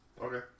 Okay